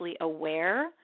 aware